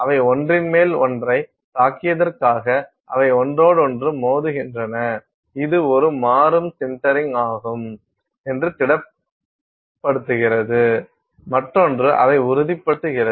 அவை ஒன்றின் மேல் ஒன்றைத் தாக்கியதற்காக அவை ஒன்றோடொன்று மோதுகின்றன இது ஒரு மாறும் சின்டரிங் ஆகும் ஒன்று திடப்படுத்துகிறது மற்றொன்று அதை உறுதிப்படுத்துகிறது